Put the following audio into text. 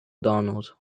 donald